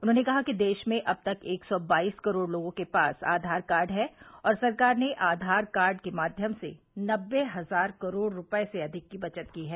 उन्होंने कहा कि देश में अब तक एक सौ बाईस करोड़ लोगों के पास आधार कार्ड है और सरकार ने आधार कार्ड के माध्यम से नब्बे हजार करोड़ रूपए से अधिक की बचत की है